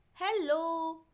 Hello